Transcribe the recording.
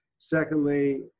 Secondly